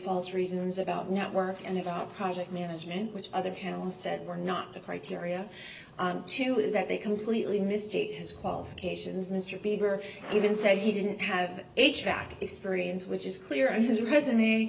false reasons about network and about project management which other panelist said were not the criteria two is that they completely mistake his qualifications mr bieber even say he didn't have a track experience which is clear on his resume